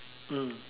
mm